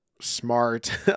smart